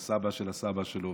והסבא של הסבא שלו,